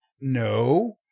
No